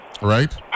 right